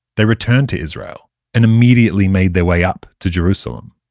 they returned to israel and immediately made their way up to jerusalem.